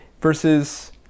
versus